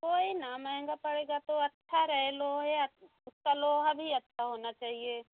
कोई ना महँगा पड़ेगा तो अच्छा रहे लोहे तो लोहा भी अच्छा होना चाहिए